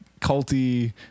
culty